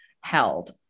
held